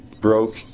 broke